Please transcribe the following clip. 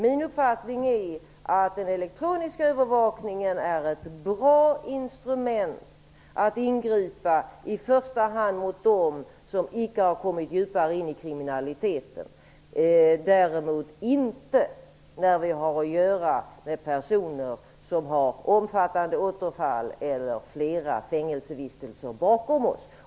Min uppfattning är att den elektroniska övervakningen är ett bra instrument för att ingripa mot i första hand dem som inte har kommit djupare in i kriminaliteten. Däremot är den inte bra när vi har att göra med personer som har omfattande återfall eller flera fängelsevistelser bakom sig.